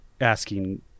asking